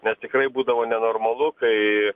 nes tikrai būdavo nenormalu kai